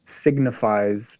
signifies